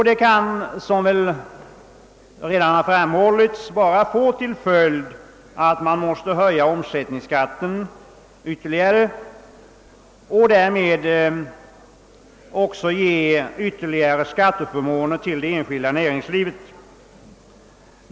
Detta kan, såsom redan har framhållits, bara få till följd att man måste höja omsättningsskatten ytterligare och samtidigt ge ytterligare skatteförmåner till det enskilda näringslivet.